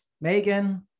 Megan